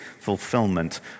fulfillment